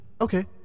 Okay